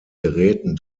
geräten